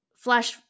Flash